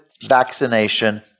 vaccination